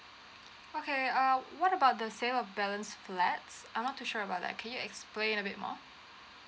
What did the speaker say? okay uh what about the sales of balance flats I'm not too sure about that can you explain a bit more